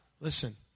listen